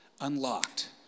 Unlocked